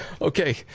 Okay